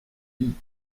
lit